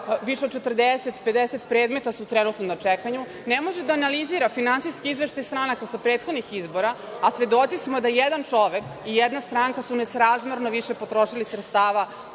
više od 40, 50, predloga su trenutno na čekanju, ne može da analizira finansijski izveštaj stranaka sa prethodnih izbora, a svedoci smo da jedan čovek i jedna stranka su nesrazmerno više potrošili sredstava